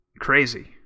crazy